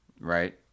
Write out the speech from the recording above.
Right